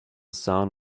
sound